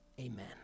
amen